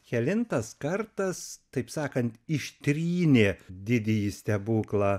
kelintas kartas taip sakant ištrynė didįjį stebuklą